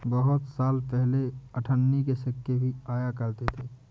बहुत साल पहले अठन्नी के सिक्के भी आया करते थे